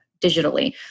digitally